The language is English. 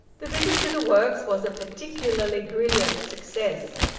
the visit to the works was a particularly brilliant success.